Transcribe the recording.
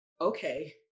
okay